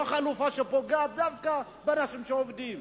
לא חלופה שפוגעת דווקא באנשים שעובדים.